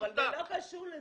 אבל זה לא קשור לזה.